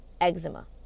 eczema